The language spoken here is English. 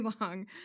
long